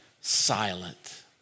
silent